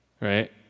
right